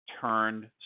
turned